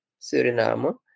Suriname